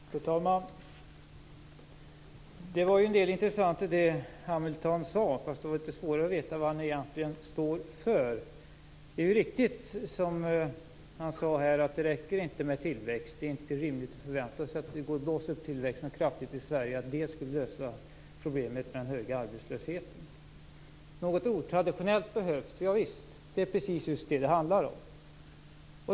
Fru talman! Det fanns en del intressant i det Hamilton sade, men det är litet svårt att veta vad han egentligen står för. Det är riktigt att det inte räcker med tillväxt. Det är inte rimligt att förvänta sig att det går att blåsa upp tillväxten så kraftigt i Sverige att det skulle lösa problemet med den höga arbetslösheten. Något otraditionellt behövs. Javisst! Det är precis vad det handlar om.